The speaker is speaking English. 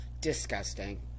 disgusting